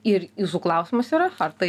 ir jūsų klausimas yra ar tai